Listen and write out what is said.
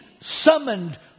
summoned